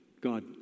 God